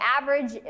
average